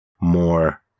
more